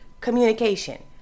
communication